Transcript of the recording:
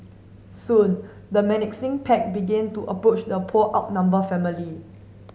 soon the menacing pack began to approach the poor outnumbered family